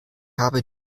habe